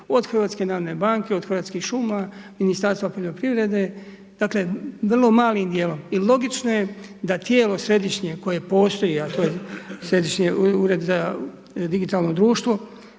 upravljaju, od HNB-a, od Hrvatskih šuma, Ministarstva poljoprivrede. Dakle, vrlo malim dijelom. I logično je da tijelo Središnje koje postoji, a to je Ured za digitalno društvo